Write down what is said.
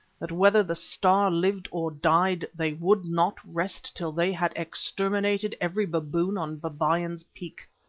that whether the star lived or died they would not rest till they had exterminated every baboon on babyan's peak.